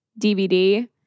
DVD